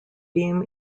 beam